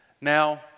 Now